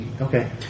okay